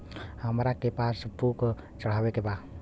हमरा के पास बुक चढ़ावे के बा?